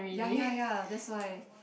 ya ya ya that's why